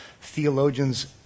theologians